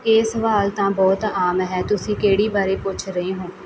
ਇਹ ਸਵਾਲ ਤਾਂ ਬਹੁਤ ਆਮ ਹੈ ਤੁਸੀਂ ਕਿਹੜੀ ਬਾਰੇ ਪੁੱਛ ਰਹੇ ਹੋ